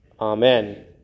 Amen